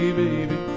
baby